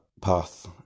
path